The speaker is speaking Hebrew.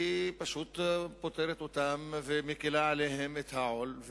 היא פשוט פוטרת אותם ומקלה עליהם את העול,